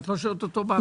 את לא שואלת אותו?